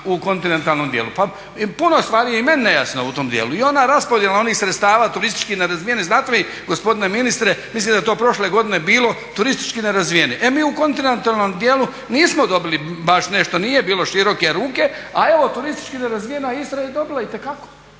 u kontinentalnom djelu. Pa puno stvari je i meni nejasno u tom djelu. I ona raspodjela onih sredstava turističkim nerazvijenim, znate li gospodine ministre, mislim da je to prošle godine bilo turistički nerazvijenim. E mi u kontinentalnom djelu nismo dobili baš nešto, nije bilo široke ruke, a evo turistički nerazvijena Istra je dobila itekako,